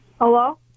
hello